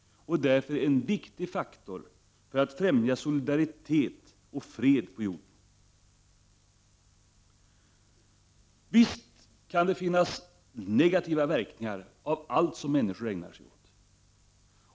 Därför är den en viktig faktor för att främja solidaritet och fred på jorden. Visst kan det finnas negativa verkningar av allt som människor ägnar sig åt.